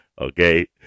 okay